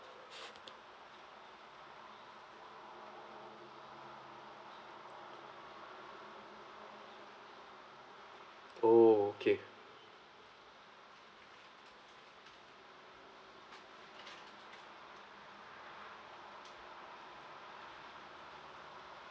oh okay